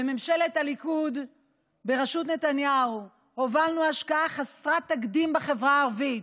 בממשלת הליכוד בראשות נתניהו הובלנו השקעה חסרת תקדים בחברה הערבית,